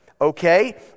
Okay